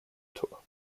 tor